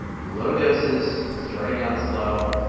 low doses, starting out slow,